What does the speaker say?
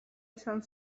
izan